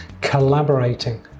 Collaborating